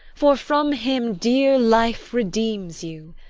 for from him dear life redeems you